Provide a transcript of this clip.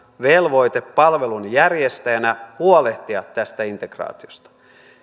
velvoite palvelunjärjestäjänä huolehtia tästä integraatiosta